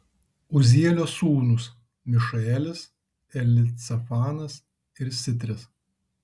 uzielio sūnūs mišaelis elicafanas ir sitris